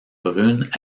brunes